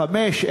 חמש,